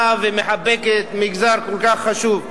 באה ומחבקת מגזר כל כך חשוב.